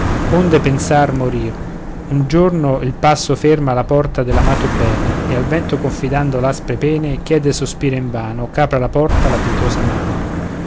onde pensa morir un giorno il passo ferma alla porta dell'amato bene e al vento confidando l'aspre pene chiede e sospira invano ch'apra la porta la pietosa mano